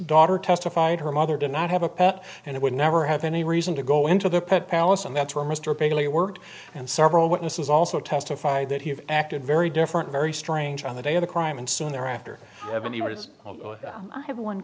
daughter testified her mother did not have a pet and it would never have any reason to go into the pet palace and that's where mr bailey worked and several witnesses also testified that he acted very different very strange on the day of the crime and soon thereafter seventy yards i have one